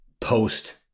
post